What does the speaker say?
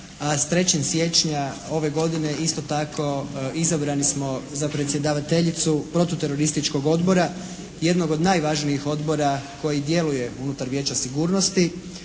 sa 3. siječnja ove godine isto tako izabrani smo za predsjedavateljicu protuterorističkog odbora, jednog od najvažnijih odbora koji djeluje unutar Vijeća sigurnosti.